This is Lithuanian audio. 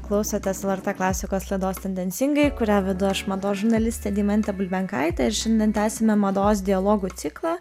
klausotės lrt klasikos laidos tendencingai kurią vedu aš mados žurnalistė deimantė bulbenkaitė ir šiandien tęsiame mados dialogų ciklą